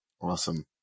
awesome